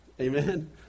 Amen